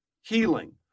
healing